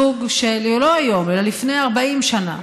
זוג שלא היום, אלא לפני 40 שנה,